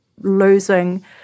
losing